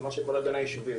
זה מה שכל הגנה ישובים,